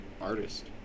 artist